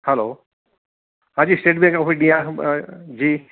hello હા જી State Bank of India G